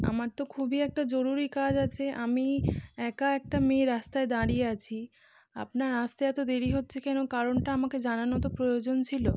আমার তো খুবই একটা জরুরি কাজ আছে আমি একা একটা মেয়ে রাস্তায় দাঁড়িয়ে আছি আপনার আসতে এত দেরি হচ্ছে কেন কারণটা আমাকে জানানো তো প্রয়োজন ছিল